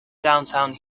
downtown